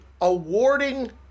awarding